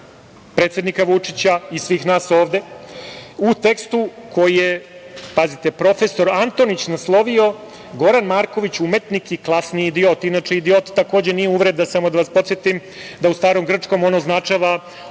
predsednika Vučića i svih nas ovde, u tekstu koji je, pazite, profesor Antonić naslovio „Goran Marković, umetnik i klasni idiot“. Inače, idiot takođe nije uvreda. Samo da vas podsetim da u starom grčkom on označava